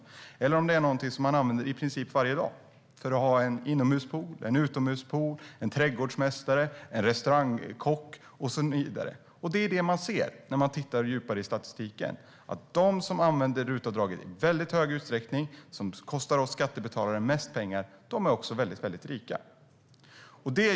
Det kan också vara något man använder i princip varje dag, för att ha en inomhuspool, en utomhuspool, en trädgårdsmästare, en restaurangkock och så vidare. När vi tittar djupare i statistiken kan vi se att de som använder RUT-avdragen i hög utsträckning, som kostar oss skattebetalare mest pengar, också är väldigt rika.